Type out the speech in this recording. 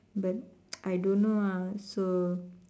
but I don't know ah so